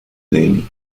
delhi